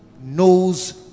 knows